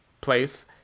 place